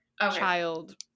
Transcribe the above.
child